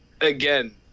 again